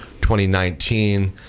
2019